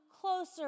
closer